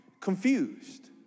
confused